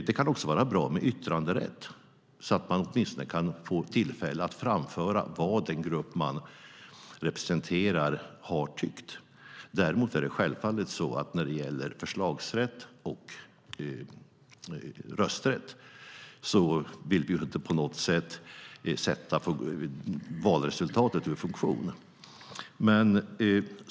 Det kan också vara bra med yttranderätt, så att man åtminstone kan få tillfälle att framföra vad den grupp man representerar har tyckt. Däremot är det självfallet att vi inte när det gäller förslagsrätt eller rösträtt vill sätta valresultatet ur funktion.